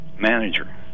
manager